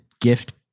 gift